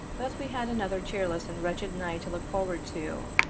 thus we had another cheerless and wretched night to look forward to.